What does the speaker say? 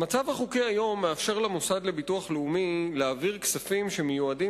המצב החוקי היום מאפשר למוסד לביטוח לאומי להעביר כספים שמיועדים